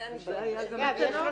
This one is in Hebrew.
בגלל זה אני שואלת, אילו מתנות.